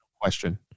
question